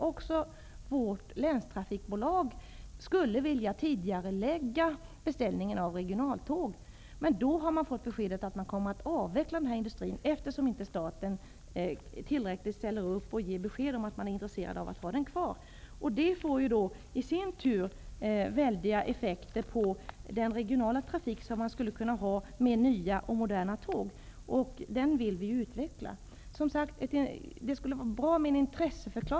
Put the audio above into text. Också vårt länstrafikbolag skulle vilja tidigarelägga beställningen av regionaltåg. Men man har fått beskedet att denna industri kommer att avvecklas, eftersom staten inte ställer upp tillräckligt och ger besked om att det finns ett intresse av att behålla den -- vilket i sin tur får stora effekter på den regionala trafik med nya moderna tåg, som man skulle kunna ha och som man skulle vilja utveckla.